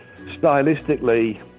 stylistically